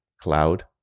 cloud